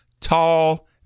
tall